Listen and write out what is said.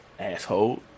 asshole